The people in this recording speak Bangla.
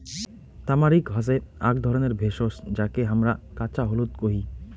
তামারিক হসে আক ধরণের ভেষজ যাকে হামরা কাঁচা হলুদ কোহি